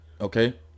Okay